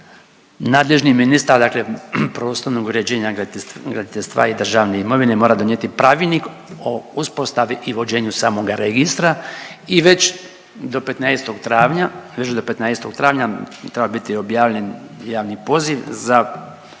nadležni ministar, dakle prostornog uređenja, graditeljstva i državne imovine mora donijeti pravilnik o uspostavi i vođenju samoga registra i već do 15. travnja, već do 15. travnja treba biti objavljen javni poziv za